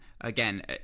Again